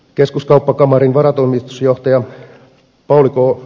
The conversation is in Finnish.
keskuskauppakamarin varatoimitusjohtaja pauli k